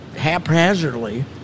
Haphazardly